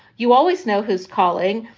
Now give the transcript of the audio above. you always know who's calling.